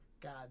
God